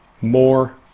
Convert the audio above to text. more